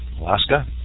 Alaska